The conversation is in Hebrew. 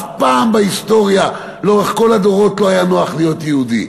אף פעם בהיסטוריה לאורך כל הדורות לא היה נוח להיות יהודי.